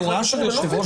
במטרות זרות,